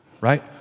right